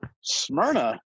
Smyrna